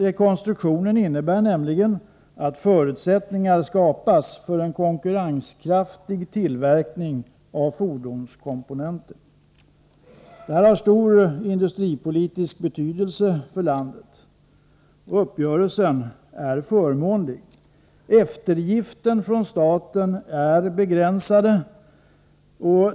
Rekonstruktionen innebär nämligen att förutsättningar skapas för en konkurrenskraftig tillverkning av fordonskomponenter. Detta har stor industripolitisk betydelse för landet. Uppgörelsen är förmånlig. Eftergifterna från staten är begränsade.